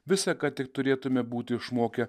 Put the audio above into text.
visa ką tik turėtume būti išmokę